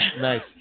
nice